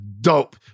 Dope